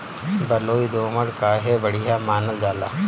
बलुई दोमट काहे बढ़िया मानल जाला?